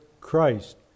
Christ